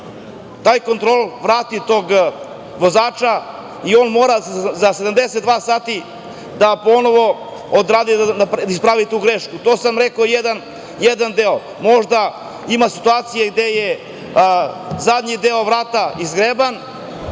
taj kontrolor vrati tog vozača i on mora za 72 sata da ispravu tu grešku. To je jedan deo. Možda ima situacije gde je zadnji deo vrata izgreban,